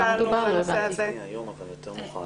אני